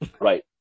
Right